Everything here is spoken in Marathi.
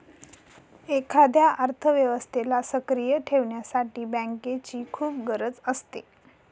एखाद्या अर्थव्यवस्थेला सक्रिय ठेवण्यासाठी बँकेची खूप गरज असते